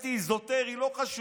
אזוטרי, האמת, לא חשוב,